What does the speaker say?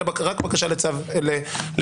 אלא רק בקשה לצו תשלומים.